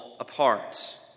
apart